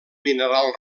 mineral